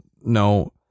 no